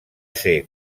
ser